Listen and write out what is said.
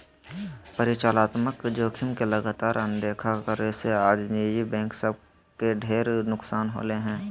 परिचालनात्मक जोखिम के लगातार अनदेखा करे से आज निजी बैंक सब के ढेर नुकसान होलय हें